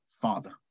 Father